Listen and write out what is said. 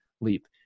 leap